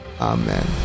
Amen